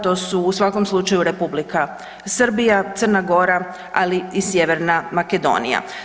To su u svakom slučaju Republika Srbija, Crna Gora, ali i Sjeverna Makedonija.